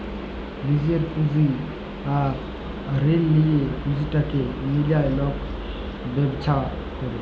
লিজের পুঁজি আর ঋল লিঁয়ে পুঁজিটাকে মিলায় লক ব্যবছা ক্যরে